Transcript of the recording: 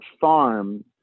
farm